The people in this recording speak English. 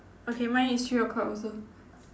okay mine is three o'clock also